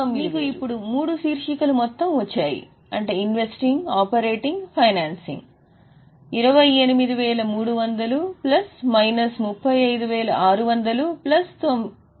కాబట్టి మీకు ఇప్పుడు మూడు శీర్షికలు మొత్తం వచ్చాయి 28300 ప్లస్ మైనస్ 35600 ప్లస్ 9000